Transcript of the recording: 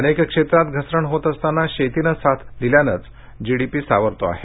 अनेक क्षेत्रात घसरण होत असताना शेतीनं साथ दिल्यानंच जीडीपी सावरतो आहे